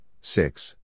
six